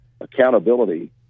accountability